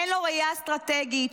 אין לו ראייה אסטרטגית,